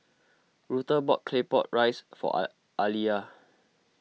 Rutha bought Claypot Rice for are Aaliyah